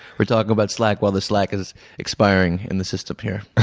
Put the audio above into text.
we're talking about slack while the slack is expiring in the system here.